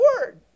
word